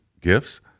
gifts